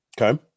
Okay